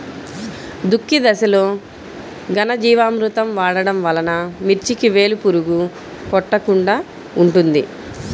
దుక్కి దశలో ఘనజీవామృతం వాడటం వలన మిర్చికి వేలు పురుగు కొట్టకుండా ఉంటుంది?